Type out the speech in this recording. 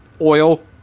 oil